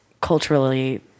culturally